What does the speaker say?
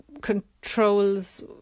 controls